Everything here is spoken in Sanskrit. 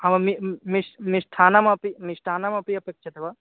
हा मम मिष्टान्नं मिष्टान्नमपि मिष्टान्नमपि अपेक्ष्यते वा